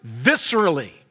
viscerally